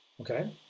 Okay